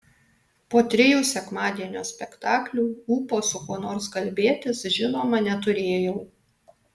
po trijų sekmadienio spektaklių ūpo su kuo nors kalbėtis žinoma neturėjau